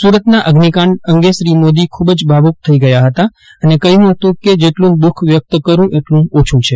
સુરતના અઝિકાંડ અંગે શ્રી મોદી ખૂબ જ ભાવુક થઈ ગયા ફતા અને કહ્યું ફતું કે જેટલું દુઃખ વ્યક્ત કરું એટલું ઓછું છે